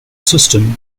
system